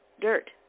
dirt